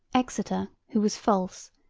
exeter, who was false,